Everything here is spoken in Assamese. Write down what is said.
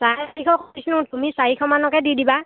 চাৰে চাৰিশকৈ কৈছোঁ তুমি চাৰিশমানকৈ দি দিবা